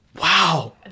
wow